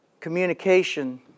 communication